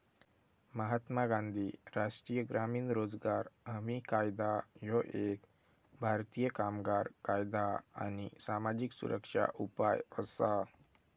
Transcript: महात्मा गांधी राष्ट्रीय ग्रामीण रोजगार हमी कायदा ह्यो एक भारतीय कामगार कायदा आणि सामाजिक सुरक्षा उपाय असा